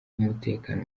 umutekano